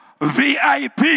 VIP